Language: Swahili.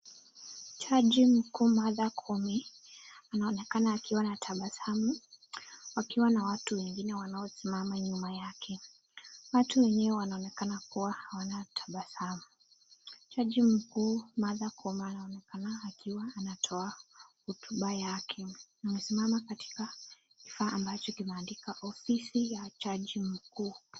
Jaji mkuu Martha Koome anaonekana akiwa na tabasamu wakiwa na watu wengine wanaosimama nyuma yake. Watu wenyewe wanaonekana kuwa hawana tabasamu. Jaji mkuu Martha Koome anaonekana akiwa anatoa hotuba yake. Amesimama katika kifaa ambacho kimeandikwa, Ofisi ya Jaji Mkuu.